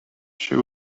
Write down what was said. she